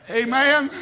amen